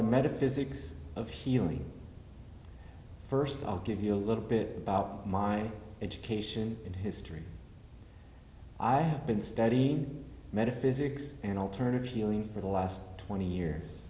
the metaphysics of healing first i'll give you a little bit about my education in history i have been studying metaphysics and alternative healing for the last twenty years